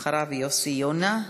אחריו, יוסי יונה,